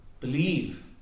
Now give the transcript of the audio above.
believe